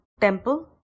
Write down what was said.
Temple